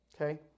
okay